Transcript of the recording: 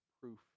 proof